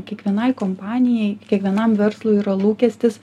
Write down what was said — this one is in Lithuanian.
kiekvienai kompanijai kiekvienam verslui yra lūkestis